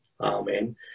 Amen